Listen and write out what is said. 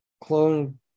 clone